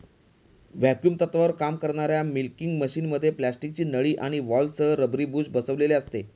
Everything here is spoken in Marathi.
व्हॅक्युम तत्त्वावर काम करणाऱ्या मिल्किंग मशिनमध्ये प्लास्टिकची नळी आणि व्हॉल्व्हसह रबरी बुश बसविलेले असते